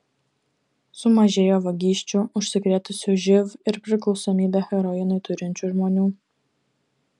sumažėjo vagysčių užsikrėtusių živ ir priklausomybę heroinui turinčių žmonių